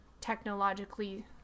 technologically